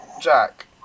Jack